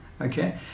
okay